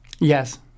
Yes